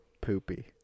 Poopy